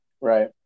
Right